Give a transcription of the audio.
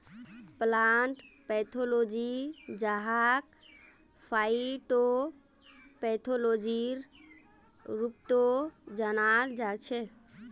plant pathology जहाक फाइटोपैथोलॉजीर रूपतो जानाल जाछेक